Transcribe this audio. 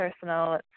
personal